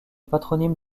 patronyme